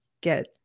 get